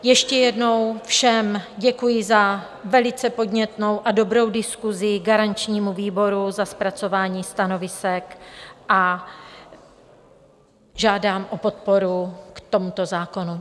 Ještě jednou všem děkuji za velice podnětnou a dobrou diskusi, garančnímu výboru za zpracování stanovisek a žádám o podporu k tomuto zákonu.